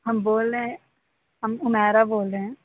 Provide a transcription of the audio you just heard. ہم بول رہے ہیں ہم عمیرہ بول رہے ہیں